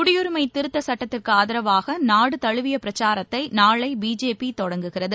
குடியுரிமை திருத்தச் சுட்டத்திற்கு ஆதரவாக நாடுதழுவிய பிரச்சாரத்தை நாளை பிஜேபி தொடங்குகிறது